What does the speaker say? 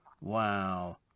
Wow